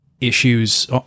issues